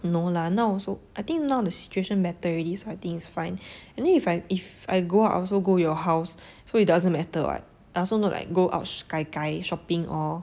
no lah now also I think now the situation better already so I think it's fine anyway if I if I go out I also go your house so it doesn't matter [what] I also not like go out sh~ gai gai shopping all